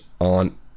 on